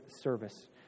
service